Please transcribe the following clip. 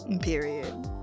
Period